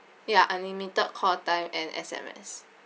ya unlimited call time and S_M_S